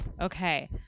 Okay